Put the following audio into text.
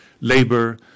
labor